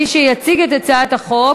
מי שיציג את הצעת החוק,